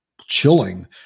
chilling